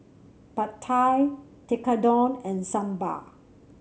Pad Thai Tekkadon and Sambar